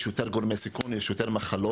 יש יותר גורמי סיכון, יש יותר מחלות.